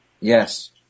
Yes